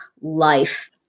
life